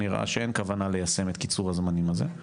נראה שאין כוונה ליישם את קיצור הזמנים הזה.